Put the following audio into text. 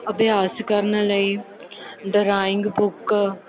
ਅਭਿਆਸ ਕਰਨ ਲਈ ਡਰਾਇੰਗ ਬੁੱਕ